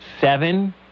seven